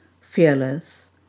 fearless